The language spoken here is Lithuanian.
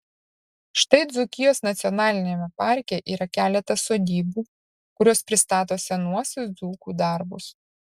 štai dzūkijos nacionaliniame parke yra keletas sodybų kurios pristato senuosius dzūkų darbus